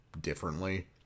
differently